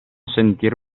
sentir